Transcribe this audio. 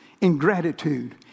ingratitude